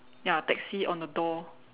ya taxi on the door